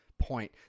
point